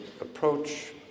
approach